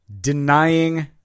denying